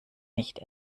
nicht